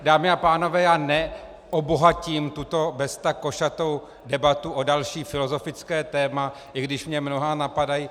Dámy a pánové, já neobohatím tuto beztak košatou debatu o další filozofické téma, i když mě mnohá napadají.